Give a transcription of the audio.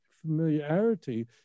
familiarity